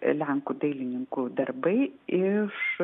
lenkų dailininkų darbai iš